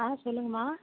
ஆ சொல்லுங்கம்மா